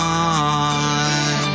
on